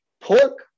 Pork